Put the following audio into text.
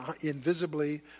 invisibly